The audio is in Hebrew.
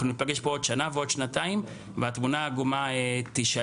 אנחנו ניפגש כאן בעוד שנה ובעוד שנתיים והתמונה העגומה תישאר.